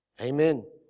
Amen